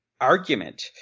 argument